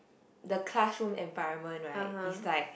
the classroom environment right is like